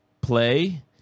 play